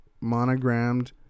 monogrammed